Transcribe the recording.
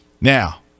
Now